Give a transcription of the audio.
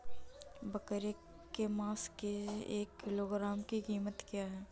बकरे के मांस की एक किलोग्राम की कीमत क्या है?